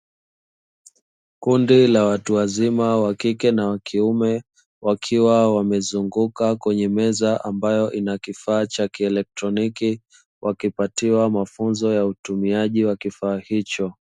Kundi la watu wazima wa kike na wa kiume wakiwa wamezunguka kwenye meza ambayo ina kifaa cha kielektroniki, wakipatiwa mafunzo ya utumiaji wa kifaa hicho.